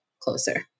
closer